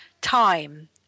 Time